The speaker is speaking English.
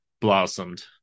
blossomed